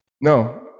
No